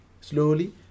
slowly